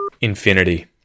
Infinity